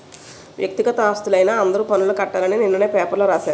వ్యక్తిగత ఆస్తులైన అందరూ పన్నులు కట్టాలి అని నిన్ననే పేపర్లో రాశారు